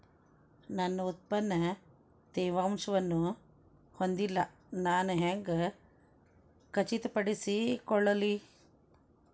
ನನ್ನ ಉತ್ಪನ್ನ ತೇವಾಂಶವನ್ನು ಹೊಂದಿಲ್ಲಾ ನಾನು ಹೆಂಗ್ ಖಚಿತಪಡಿಸಿಕೊಳ್ಳಲಿ?